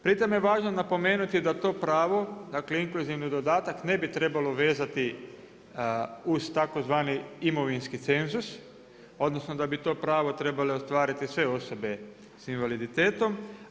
Pri tom je važno napomenuti da to pravo, dakle, inkluzivni dodatak ne bi trebalo vezati uz tzv. imovinski cenzus, odnosno, da bi to pravo trebalo ostvariti sve osobe s invaliditetom.